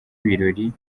birori